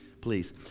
please